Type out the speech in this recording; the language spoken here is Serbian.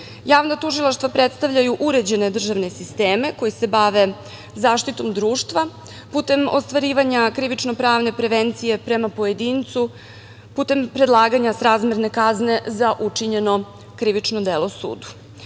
tužilaštva predstavljaju uređene državne sisteme koji se bave zaštitom društva putem ostvarivanja krivično pravne prevencije prema pojedincu, putem predlaganja srazmerne kazne za učinjeno krivično delo sudu. Javno